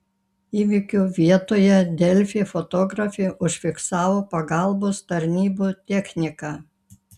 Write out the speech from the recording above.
įvykio vietoje delfi fotografė užfiksavo pagalbos tarnybų techniką